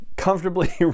comfortably